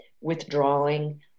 withdrawing